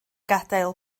gadael